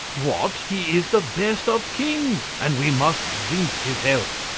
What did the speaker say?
what! he is the best of kings, and we must drink his health.